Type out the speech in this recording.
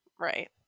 Right